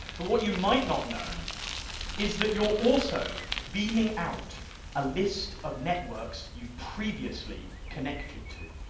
but what you might not know is that you're also beaming out a list of networks you've previously connected to,